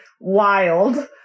wild